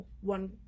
one